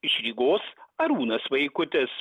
iš rygos arūnas vaikutis